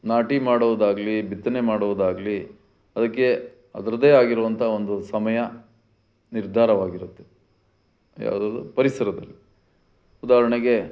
ನಾಟಿ ಮಾಡುವುದಾಗಲಿ ಬಿತ್ತನೆ ಮಾಡುವುದಾಗಲಿ ಅದಕ್ಕೆ ಅದರದೇ ಆಗಿರುವಂಥ ಒಂದು ಸಮಯ ನಿರ್ಧಾರವಾಗಿರುತ್ತೆ ಯಾವ್ದು ಅದು ಪರಿಸರದಲ್ಲಿ ಉದಾಹರಣೆಗೆ